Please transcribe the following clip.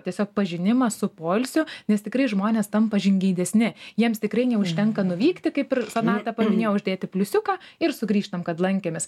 tiesiog pažinimą su poilsiu nes tikrai žmonės tampa žingeidesni jiems tikrai neužtenka nuvykti kaip ir sonata paminėjo uždėti pliusiuką ir sugrįžtam kad lankėmės